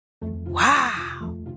Wow